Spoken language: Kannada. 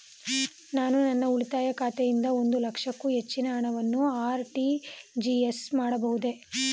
ನಾನು ನನ್ನ ಉಳಿತಾಯ ಖಾತೆಯಿಂದ ಒಂದು ಲಕ್ಷಕ್ಕೂ ಹೆಚ್ಚಿನ ಹಣವನ್ನು ಆರ್.ಟಿ.ಜಿ.ಎಸ್ ಮಾಡಬಹುದೇ?